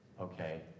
Okay